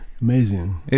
Amazing